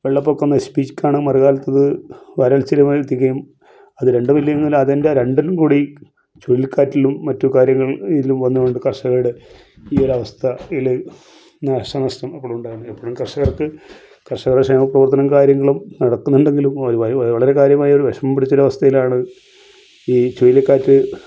വെള്ളപ്പൊക്കം നശിപ്പിക്കണം മറുകാലത്തത് വരൾച്ചയുമായെത്തിക്കും അത് രണ്ടുമില്ലങ്കിലും അതിൻ്റെ രണ്ടിലും കൂടി ചുഴലിക്കാറ്റിലും മറ്റ് കാര്യങ്ങൾ ഇന്ന് വന്ന് കൊണ്ട് കർഷകരുടെ ഈ ഒരവസ്ഥയിൽ നാശനഷ്ടങ്ങൾ ഉണ്ടാകുന്നു എപ്പോഴും കർഷകർക്ക് കർഷക ക്ഷേമ പ്രവർത്തനങ്ങളും കാര്യങ്ങളും നടത്തുന്നുണ്ടെങ്കിലും അവർ വളരെ കാര്യമായി വിഷമം പിടിച്ചൊരാവസ്ഥയിലാണ് ഈ ചുഴലിക്കാറ്റ്